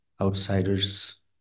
outsiders